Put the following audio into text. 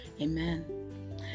amen